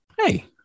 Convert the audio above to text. hey